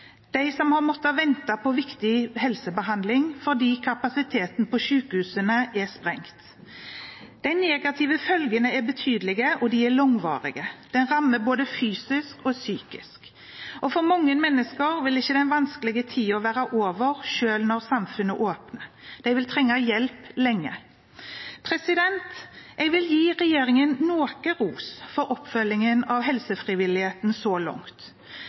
de som har måttet vente på viktig behandling fordi kapasiteten på sykehusene er sprengt. De negative følgende er betydelige og langvarige. De rammer både fysisk og psykisk. Og for mange mennesker vil ikke den vanskelige tiden være over selv når samfunnet åpner. De vil trenge hjelp lenge. Jeg vil gi regjeringen noe ros for oppfølgingen av helsefrivilligheten så langt.